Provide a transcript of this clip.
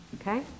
Okay